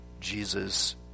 Jesus